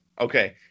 okay